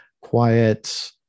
quiet